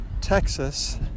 texas